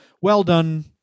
well-done